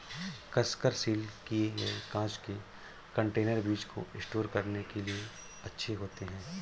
कसकर सील किए गए कांच के कंटेनर बीज को स्टोर करने के लिए अच्छे होते हैं